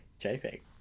JPEG